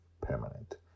permanent